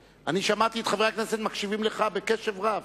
שמעתי את חברי הכנסת מקשיבים לך בקשב רב.